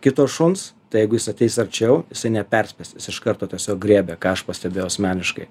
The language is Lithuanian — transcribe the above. kito šuns tai jeigu jis ateis arčiau jisai neperspės jis iš karto tiesiog griebia ką aš pastebėjau asmeniškai